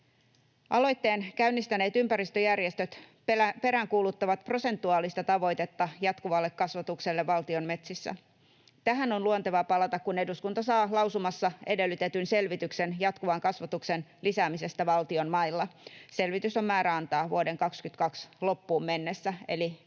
Aloitteen käynnistäneet ympäristöjärjestöt peräänkuuluttavat prosentuaalista tavoitetta jatkuvalle kasvatukselle valtion metsissä. Tähän on luontevaa palata, kun eduskunta saa lausumassa edellytetyn selvityksen jatkuvan kasvatuksen lisäämisestä valtion mailla. Selvitys on määrä antaa vuoden 22 loppuun mennessä, eli kauan